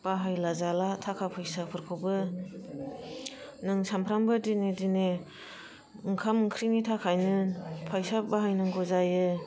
बायला जाला थाखा फैसाफोरखौबो नों सानफ्रामबो दिने दिने ओंखाम ओंख्रिनि थाखायनो फायसा बाहायनांगौ जायो